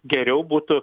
geriau būtų